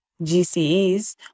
GCEs